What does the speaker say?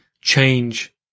change